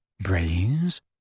Brains